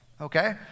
okay